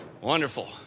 Wonderful